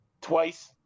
twice